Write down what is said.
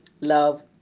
love